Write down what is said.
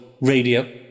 radio